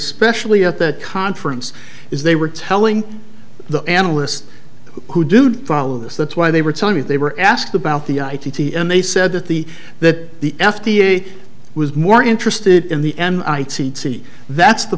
especially at the conference is they were telling the analysts who do to follow this that's why they were telling me they were asked about the i t t and they said that the that the f d a was more interested in the n c that's the